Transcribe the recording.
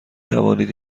توانید